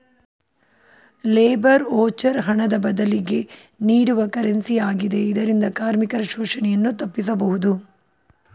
labour voucher ಹಣದ ಬದಲಿಗೆ ನೀಡುವ ಕರೆನ್ಸಿ ಆಗಿದೆ ಇದರಿಂದ ಕಾರ್ಮಿಕರ ಶೋಷಣೆಯನ್ನು ತಪ್ಪಿಸಬಹುದು